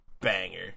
banger